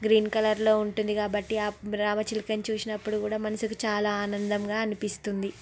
green కలర్లో ఉంటుంది కాబట్టి ఆ రామచిలుకని చూసినప్పుడు కూడా మనసుకి చాలా ఆనందంగా అనిపిస్తుంది